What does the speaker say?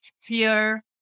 fear